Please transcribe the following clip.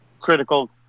critical